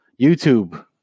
YouTube